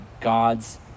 God's